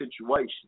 situation